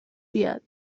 بیاد